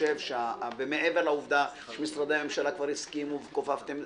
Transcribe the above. מעבר לעובדה שמשרדי הממשלה כבר הסכימו וכופפתם,